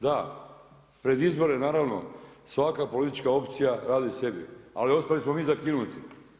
Da pred izbore naravno svaka politička opcija radi sebi, ali ostali smo mi zakinuti.